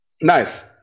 Nice